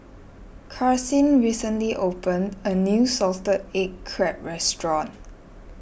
Karsyn recently opened a new Salted Egg Crab restaurant